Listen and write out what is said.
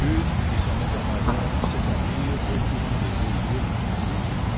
eudes et son état-major s'établirent au couvent des jésuites à issy